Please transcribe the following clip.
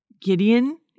Gideon